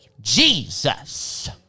Jesus